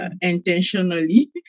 intentionally